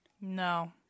No